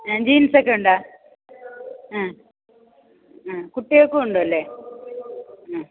ജീൻസൊക്കെ ഉണ്ടോ ഏ ഏ കുട്ടികൾക്കും ഉണ്ട് അല്ലേ മ്മ്